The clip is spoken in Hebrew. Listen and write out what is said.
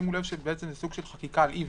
שימו לב שזה סוג של חקיקה על עיוור.